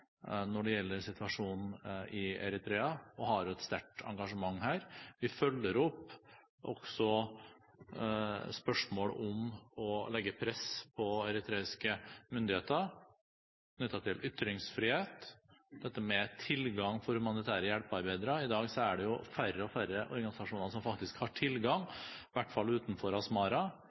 når det gjelder situasjonen i Eritrea, og vi har et sterkt engasjement. Vi følger også opp spørsmålet om å legge press på eritreiske myndigheter knyttet til ytringsfrihet og tilgang for humanitære hjelpearbeidere. I dag er det færre og færre organisasjoner som faktisk har tilgang – i hvert fall utenfor Asmara.